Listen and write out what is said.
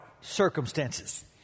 circumstances